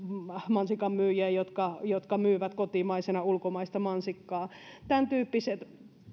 mansikanmyyjiä jotka jotka myyvät kotimaisena ulkomaista mansikkaa tämän tyyppiset